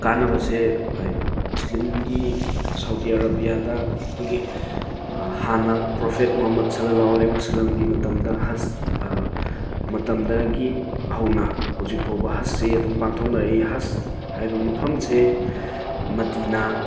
ꯀꯥꯟꯅꯕꯁꯦ ꯃꯨꯁꯂꯤꯝꯒꯤ ꯁꯥꯎꯗꯤ ꯑꯔꯥꯕꯤꯌꯥꯗ ꯑꯩꯈꯣꯏꯒꯤ ꯍꯥꯟꯅ ꯄ꯭ꯔꯣꯐꯦꯠ ꯃꯨꯍꯝꯃꯠ ꯁꯜꯂꯜꯂꯥꯍꯨ ꯑꯜꯂꯥꯏꯍꯤ ꯋꯥꯁꯂꯝꯒꯤ ꯃꯇꯝꯗ ꯍꯖ ꯃꯇꯝꯗꯒꯤ ꯍꯧꯅ ꯍꯧꯖꯤꯛꯐꯥꯎꯕ ꯍꯖꯁꯤ ꯑꯗꯨꯝ ꯄꯥꯡꯊꯣꯛꯅꯔꯛꯏ ꯍꯖ ꯍꯥꯏꯕ ꯃꯐꯝꯁꯦ ꯃꯗꯤꯅꯥ